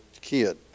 kid